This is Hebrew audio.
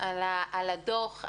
על הדוח.